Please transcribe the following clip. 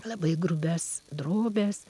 labai grubias drobes